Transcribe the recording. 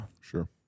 Sure